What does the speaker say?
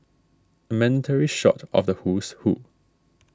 mandatory shot of the who's who